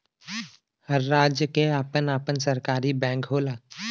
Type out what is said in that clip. हर राज्य के आपन आपन सरकारी बैंक होला